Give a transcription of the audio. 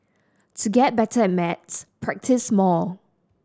to get better at maths practise more